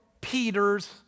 Peter's